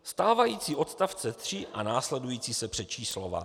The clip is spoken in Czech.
Stávající odstavce 3 a následující se přečíslovávají.